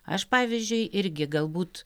aš pavyzdžiui irgi galbūt